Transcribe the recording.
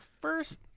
first